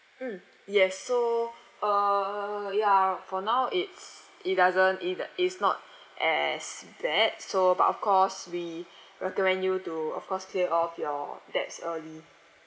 mm yes so uh ya for now it's it doesn't it it's not as bad so but of course we recommend you to of course clear off your debts early